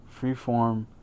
freeform